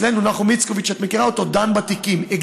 נחום איצקוביץ, את מכירה אותו, דן בתיקים.